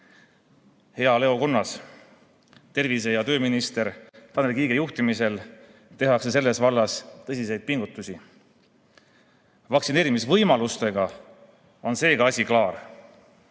Leo Kunnas! Tervise- ja tööminister Tanel Kiige juhtimisel tehakse selles vallas tõsiseid pingutusi. Vaktsineerimisvõimalustega on seega asi klaar.